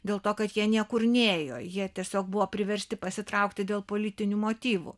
dėl to kad jie niekur nėjo jie tiesiog buvo priversti pasitraukti dėl politinių motyvų